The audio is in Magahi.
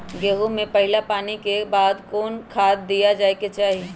गेंहू में पहिला पानी के बाद कौन खाद दिया के चाही?